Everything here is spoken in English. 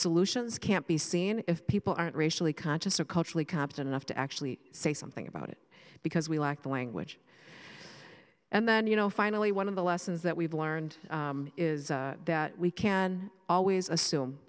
solutions can't be seen if people aren't racially conscious or culturally competent enough to actually say something about it because we lack the language and then you know finally one of the lessons that we've learned is that we can always assume